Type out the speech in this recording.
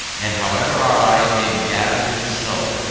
and however our eyes may be dazzled with snow,